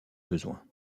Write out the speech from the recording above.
besoin